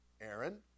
Aaron